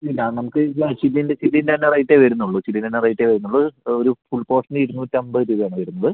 ഇല്ലാ അത് നമുക്ക് ആ ചില്ലി ചില്ലീൻ്റെ തന്നെ റേറ്റേ വരുന്നുള്ളൂ ചില്ലീൻ്റെ തന്നെ റേറ്റേ വരുന്നുള്ളൂ ഒരു ഫുൾപോർഷനു ഇരുന്നൂറ്റിഅൻപത് രൂപയാണ് വരുന്നത്